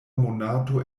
monato